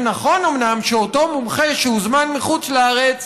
זה נכון אומנם שאותו מומחה שהוזמן מחוץ לארץ